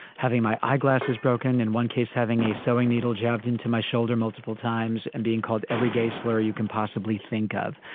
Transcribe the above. having my eyeglasses broken. in one case, having a sewing needle jabbed into my shoulder multiple times and being called every gay slur you can possibly think of.